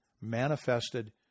manifested